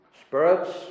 spirits